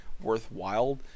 worthwhile